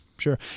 Sure